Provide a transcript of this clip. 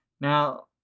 Now